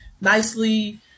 nicely